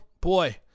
boy